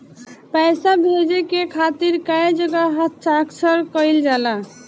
पैसा भेजे के खातिर कै जगह हस्ताक्षर कैइल जाला?